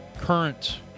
current